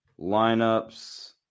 Lineups